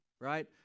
right